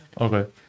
Okay